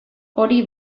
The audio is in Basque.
hori